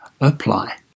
apply